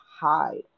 hide